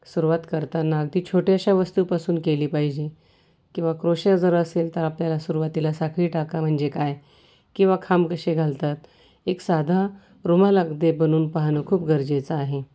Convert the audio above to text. सुरुवात करताना ती छोट्या अशा वस्तूपासून केली पाहिजे किंवा क्रोशा जर असेल तर आपल्याला सुरुवातीला साखळी टाका म्हणजे काय किंवा खांब कसे घालतात एक साधा रुमाल अगदी बनवून पाहणं खूप गरजेचं आहे